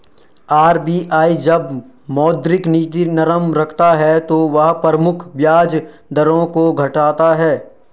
RBI जब मौद्रिक नीति नरम रखता है तो वह प्रमुख ब्याज दरों को घटाता है